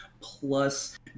plus